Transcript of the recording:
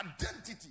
identity